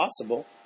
possible